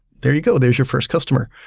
there you go, there's your first customer.